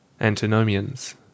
Antinomians